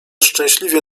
szczęśliwie